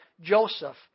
Joseph